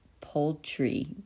poultry